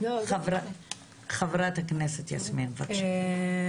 חברת הכנסת יסמין, בבקשה.